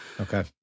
Okay